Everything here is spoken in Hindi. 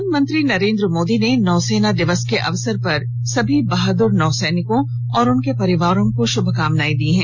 प्रधानमंत्री नरेन्द्र मोदी ने नौसेना दिवस के अवसर पर सभी बहादुर नौसैनिकों और उनके परिवारों को शुभकामनाएं दी हैं